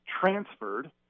transferred